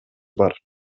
бар